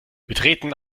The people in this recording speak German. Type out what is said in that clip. betreten